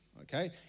okay